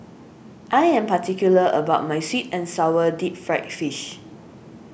I am particular about my Sweet and Sour Deep Fried Fish